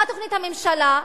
מה תוכנית הממשלה?